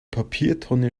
papiertonne